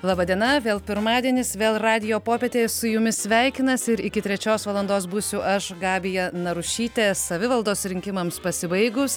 laba diena vėl pirmadienis vėl radijo popietė su jumis sveikinasi ir iki trečios valandos būsiu aš gabija narušytė savivaldos rinkimams pasibaigus